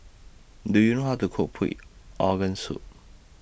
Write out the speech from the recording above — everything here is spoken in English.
Do YOU know How to Cook Pig Organ Soup